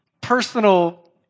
personal